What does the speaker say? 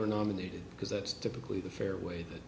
were nominated because that's typically the fair way that